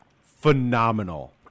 phenomenal